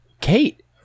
Kate